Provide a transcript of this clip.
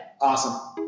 Awesome